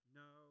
no